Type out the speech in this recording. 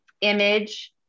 image